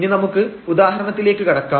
ഇനി നമുക്ക് ഉദാഹരണത്തിലേക്ക് കടക്കാം